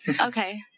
okay